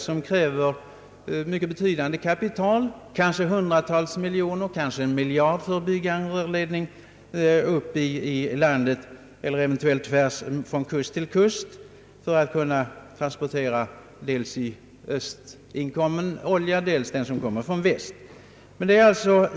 Det krävs mycket betydande kapital, kanske hundratals miljoner kronor, kanske en miljard, för att bygga en rörledning till denna del av landet — eller eventuellt från kust till kust för att kunna transportera både olja som kommer från öst och från väst.